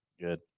Good